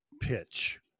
pitch